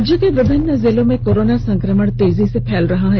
राज्य के विभिन्न जिलों में कोरोना संकमण तेजी से फैल रहा है